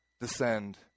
descend